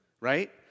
right